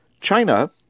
China